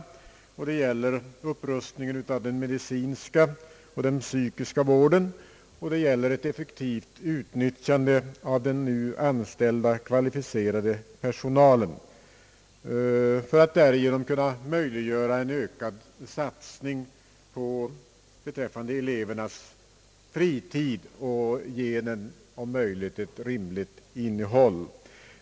Det gäller att åstadkomma en upprustning av den medicinska och den psykiska vården samt ett effektivt utnyttjande av den nu anställda kvalificerade personalen för att därigenom möjliggöra en ökad satsning beträffande elevernas fritid och om möjligt ge den ett rimligt innehåll.